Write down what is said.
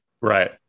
Right